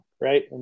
Right